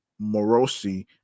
Morosi